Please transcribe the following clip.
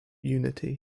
unity